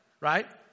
Right